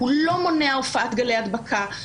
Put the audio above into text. הוא לא מונע הופעת גלי הדבקה.